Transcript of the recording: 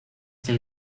que